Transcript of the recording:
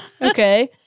Okay